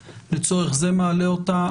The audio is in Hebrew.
לצורך זה אני מעלה אותה.